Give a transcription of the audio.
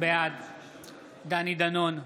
בעד דני דנון,